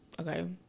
Okay